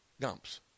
Gump's